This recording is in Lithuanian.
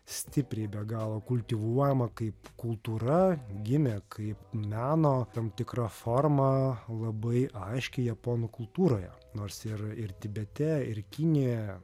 stipriai be galo kultivuojama kaip kultūra gimė kaip meno tam tikra forma labai aiškiai japonų kultūroje nors ir ir tibete ir kinijoje